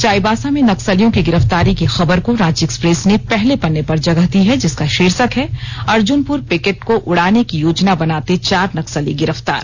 चाईबासा में नक्सलियों की गिरफ्तारी की खबर को रांची एक्सप्रेस ने पहले पन्ने पर जगह दी है जिसका शीर्षक है अर्जुनपुर पिकेट को उड़ाने की योजना बनाते चार नक्सली गिरफ्तार